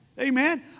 Amen